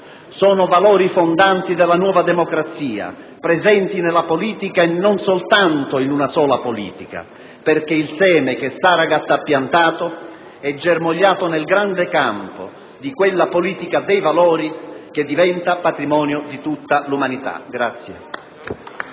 sono valori fondanti della nuova democrazia, presenti nella politica e non soltanto in una sola politica, perché il seme che Saragat ha piantato è germogliato nel grande campo di quella politica dei valori che diventa patrimonio di tutta l'umanità